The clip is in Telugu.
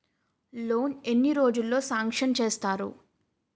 లోన్ ఎన్ని రోజుల్లో సాంక్షన్ చేస్తారు?